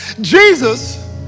Jesus